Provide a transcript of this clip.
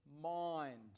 mind